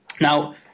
now